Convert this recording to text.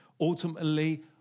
Ultimately